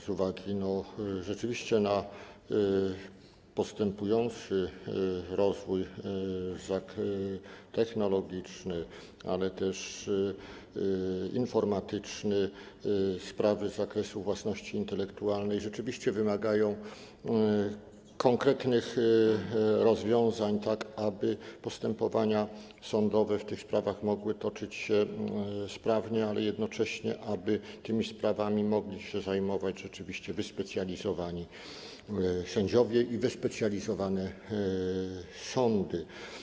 Z uwagi na postępujący rozwój technologiczny, ale też informatyczny, sprawy z zakresu własności intelektualnej rzeczywiście wymagają konkretnych rozwiązań, tak aby postępowania sądowe w tych sprawach mogły toczyć się sprawnie, ale jednocześnie aby tymi sprawami mogli się zajmować wyspecjalizowani sędziowie i wyspecjalizowane sądy.